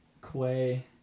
Clay